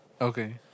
Okay